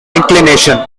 inclination